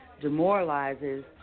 demoralizes